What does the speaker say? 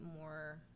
more